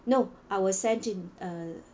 no I will send in uh